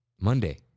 Monday